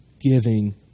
giving